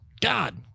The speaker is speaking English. God